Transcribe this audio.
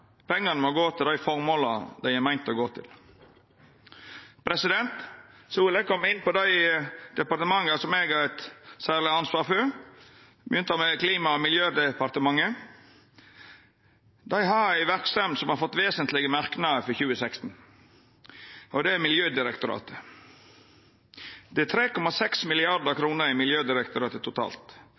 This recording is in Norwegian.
Pengane må gå til dei føremåla dei er meinte å gå til. Så vil eg koma inn på dei departementa som eg har eit særleg ansvar for. Eg begynner med Klima- og miljødepartementet. Dei har ei verksemd som har fått vesentlege merknader for 2016, og det gjeld Miljødirektoratet. Det er 3,6 mrd. kr i Miljødirektoratet totalt.